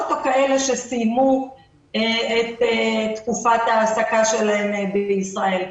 או כאלה שסיימו את תקופת ההעסקה שלהם בישראל.